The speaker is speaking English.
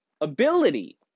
ability